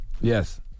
Yes